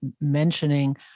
mentioning